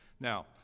now